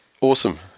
Awesome